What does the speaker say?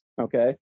okay